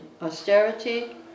Austerity